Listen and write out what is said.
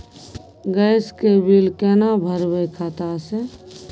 Gas के bill केना भरबै खाता से?